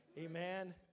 Amen